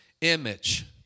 image